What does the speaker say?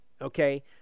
okay